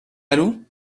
vallaud